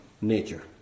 nature